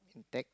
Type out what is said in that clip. intact